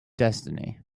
destiny